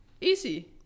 easy